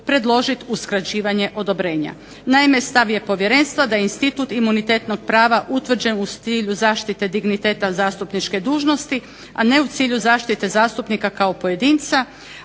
predložiti uskraćivanje odobrenja. Naime, stav je Povjerenstva da institut imunitetnog prava utvrđen u cilju zaštite digniteta zastupničke dužnosti, a ne u cilju zaštite zastupnika kao pojedinca,